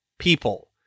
people